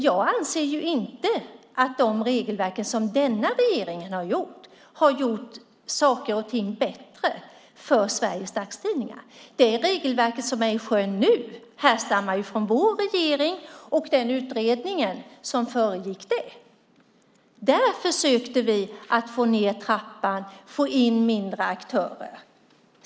Jag anser inte att de regelverk som denna regering har skapat har gjort saker och ting bättre för Sveriges dagstidningar. Det regelverk som är i sjön nu härstammar från mitt partis regering och den utredning som föregick det beslutet. Där försökte vi få ned trappan och få in mindre aktörer.